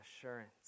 assurance